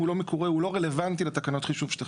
מה את אומרת?